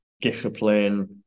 discipline